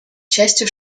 частью